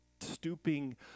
stooping